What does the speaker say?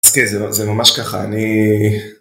אז כן, זה ממש ככה, אני...